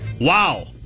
wow